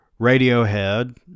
Radiohead